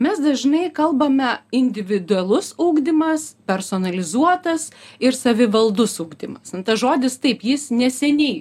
mes dažnai kalbame individualus ugdymas personalizuotas ir savivaldus ugdymas nu tas žodis taip jis neseniai